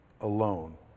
alone